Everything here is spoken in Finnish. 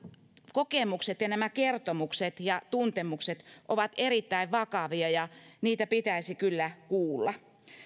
kokemukset ja nämä kertomukset ja tuntemukset ovat erittäin vakavia ja niitä pitäisi kyllä kuulla